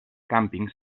càmping